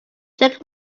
check